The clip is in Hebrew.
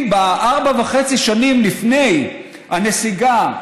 אם בארבע וחצי שנים לפני הנסיגה,